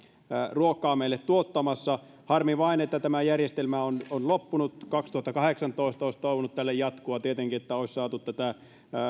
ruokaa meille tuottamassa harmi vain että tämä järjestelmä on on loppunut kaksituhattakahdeksantoista olisi toivonut tälle jatkoa tietenkin että olisi saatu näitä